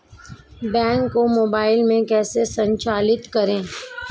Bank को mobile में कैसे संचालित करें?